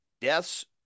deaths